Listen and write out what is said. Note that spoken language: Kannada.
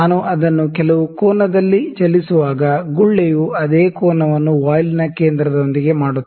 ನಾನು ಅದನ್ನು ಕೆಲವು ಕೋನದಲ್ಲಿ ಚಲಿಸುವಾಗ ಗುಳ್ಳೆಯು ಅದೇ ಕೋನವನ್ನು ವಾಯ್ಲ್ ನ ಕೇಂದ್ರದೊಂದಿಗೆ ಮಾಡುತ್ತದೆ